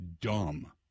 dumb